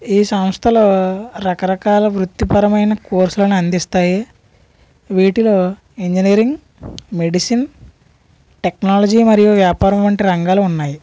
ఈ సంస్థలూ రకరకాల వృత్తిపరమైన కోర్సులను అందిస్తాయి వీటిలో ఇంజనీరింగ్ మెడిసిన్ టెక్నాలజీ మరియు వ్యాపారం వంటి రంగాలు ఉన్నాయి